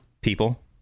People